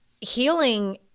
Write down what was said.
healing